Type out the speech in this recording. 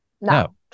No